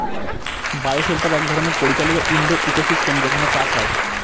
bio shelter এক ধরনের পরিচালিত ইন্ডোর ইকোসিস্টেম যেখানে চাষ হয়